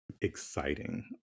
exciting